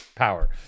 Power